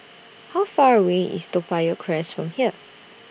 How Far away IS Toa Payoh Crest from here